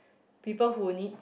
people who needs